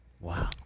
Wow